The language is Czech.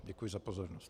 Děkuji za pozornost.